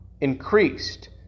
increased